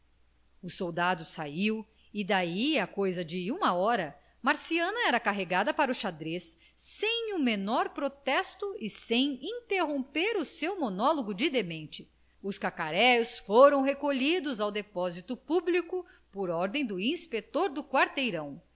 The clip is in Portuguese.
o soldado saiu e daí a coisa de uma hora marciana era carregada para o xadrez sem o menor protesto e sem interromper o seu monólogo de demente os cacaréus foram recolhidos ao depósito público por ordem do inspetor do quarteirão